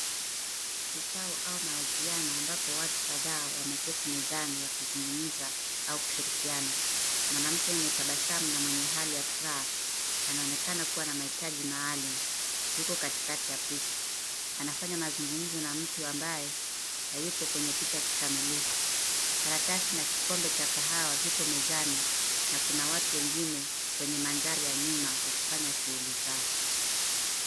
Kikao au mahojiano ambapo watu kadhaa wameketi mezani wakizungumza au kushirikiana, mwanamke mwenye tabasamu na mwenye hali ya furaha anaonekana kuwa na mahitaji maalum yuko katikati ya picha anafanya mazungumzo na mtu ambaye hayupo kwenye picha ya kikamilifu ,karatasi na kikombe cha kahawa vipo mezani na kuna watu wengine kwenye mandhari ya nyuma wakifanya shughuli zao.